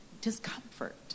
discomfort